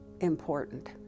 important